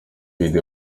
the